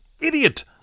idiot